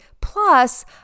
Plus